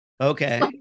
Okay